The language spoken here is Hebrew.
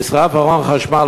נשרף ארון חשמל.